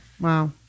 wow